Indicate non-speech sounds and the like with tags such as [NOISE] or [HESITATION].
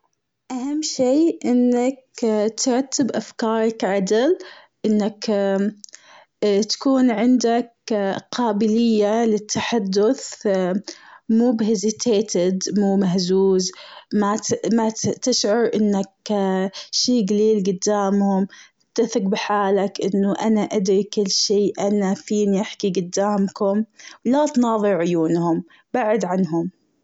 أهم شيء إنك [HESITATION] ترتب أفكارك عدل إنك [HESITATION] تكون عندك قابلية للتحدث [HESITATION] مو [UNINTELLIGIBLE] مو مهزوز مات- مات-تشعر إنك [HESITATION] شيء قليل قدامهم تثق بحالك أنو أنا أدري كل شيء أنا فيني احكي قدامكم لا تناظر عيونهم بعد عنهم.